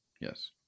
Yes